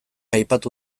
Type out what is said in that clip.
aipatu